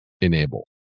enable